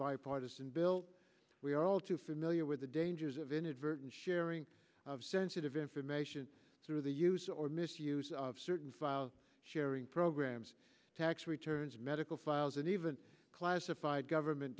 bipartisan bill we are all too familiar with the dangers of inadvertent sharing of sensitive information through the use or misuse of certain file sharing programs tax returns medical files and even classified government